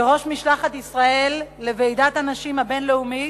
כראש משלחת ישראל לוועידת הנשים הבין-לאומית,